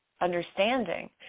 understanding